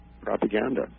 propaganda